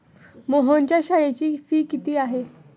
मोहनच्या शाळेची फी किती आहे?